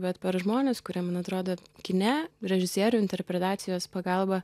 bet per žmones kurie man atrodo kine režisierių interpretacijos pagalba